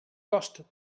cost